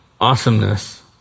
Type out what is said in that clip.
awesomeness